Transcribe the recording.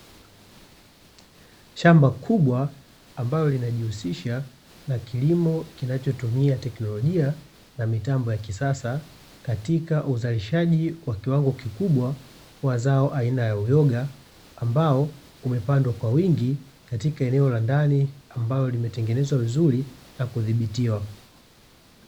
Shamba kubwa, ambalo linajihusisha na kilimo kinachotumia teknolojia na mitambo ya kisasa katika uzalishaji wa kiwango kikubwa wa zao aina la uyoga, ambao umepandwa kwa wingi katika eneo la ndani, ambalo limetengenezwa vizuri na kudhibitiwa.